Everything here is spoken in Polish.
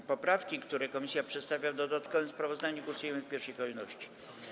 Nad poprawkami, które komisja przedstawia w dodatkowym sprawozdaniu, głosujemy w pierwszej kolejności.